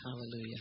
Hallelujah